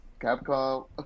Capcom